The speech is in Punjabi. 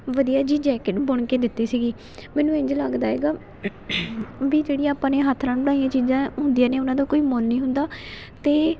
ਵਧੀਆ ਜਿਹੀ ਜੈਕਟ ਬੁਣ ਕੇ ਦਿੱਤੀ ਸੀਗੀ ਮੈਨੂੰ ਇੰਝ ਲੱਗਦਾ ਹੈਗਾ ਵੀ ਜਿਹੜੀ ਆਪਾਂ ਨੇ ਹੱਥ ਨਾਲ ਬਣਾਈਆਂ ਚੀਜ਼ਾਂ ਹੁੰਦੀਆਂ ਨੇ ਉਹਨਾਂ ਦਾ ਕੋਈ ਮੁੱਲ ਨਹੀਂ ਹੁੰਦਾ ਅਤੇ